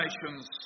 nations